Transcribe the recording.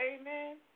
amen